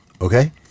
okay